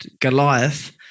Goliath